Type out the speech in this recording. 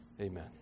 amen